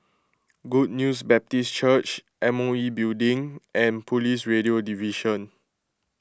Good News Baptist Church M O E Building and Police Radio Division